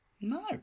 No